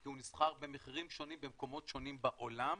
כי הוא נסחר במחירים שונים במקומות שונים בעולם,